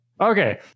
Okay